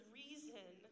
reason